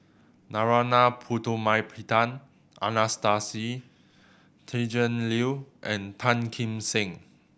Narana Putumaippittan Anastasia Tjendri Liew and Tan Kim Seng